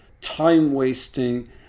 time-wasting